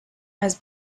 has